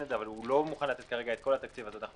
את זה לא מוכן כרגע לתת את כל התקציב אז אנחנו